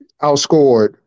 outscored